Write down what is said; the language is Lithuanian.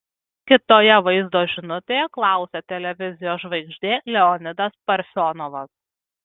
kitoje vaizdo žinutėje klausė televizijos žvaigždė leonidas parfionovas